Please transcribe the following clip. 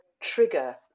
trigger